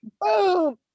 boom